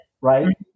Right